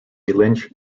lynch